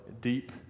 deep